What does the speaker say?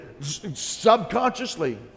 subconsciously